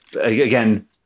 again